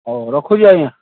ହଉ ରଖୁଛି ଆଜ୍ଞା